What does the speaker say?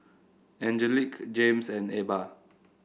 Angelique Jaymes and Ebba